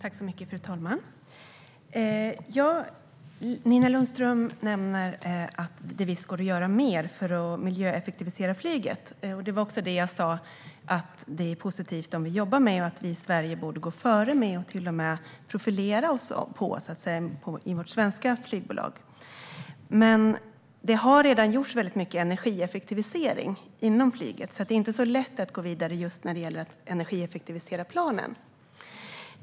Fru talman! Nina Lundström nämner att det visst går att göra mer för att miljöeffektivisera flyget. Det var också det jag sa. Det är positivt om vi jobbar med det, och vi i Sverige borde gå före med detta och till och med profilera oss i vårt svenska flygbolag. Men det har redan gjorts väldigt mycket energieffektivisering inom flyget, så det är inte så lätt att gå vidare just när det gäller att energieffektivisera planen.